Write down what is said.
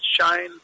shine